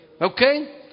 Okay